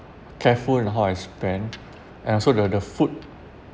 careful on how I spend and also the the food